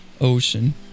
ocean